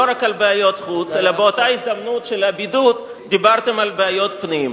לא רק על בעיות חוץ אלא באותה הזדמנות של הבידוד דיברתם על בעיות פנים,